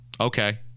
okay